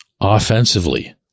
offensively